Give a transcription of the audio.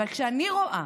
וכשאני רואה